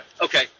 Okay